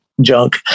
junk